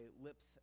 lips